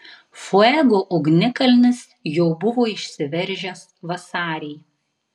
fuego ugnikalnis jau buvo išsiveržęs vasarį